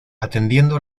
atendiendo